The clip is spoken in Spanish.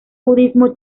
budismo